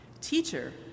Teacher